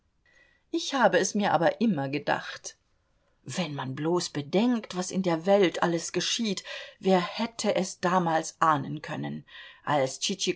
ich habe es mir aber immer gedacht wenn man bloß bedenkt was in der welt alles geschieht wer hätte es damals ahnen können als